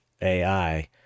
AI